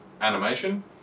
animation